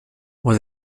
aux